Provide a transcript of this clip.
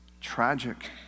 tragic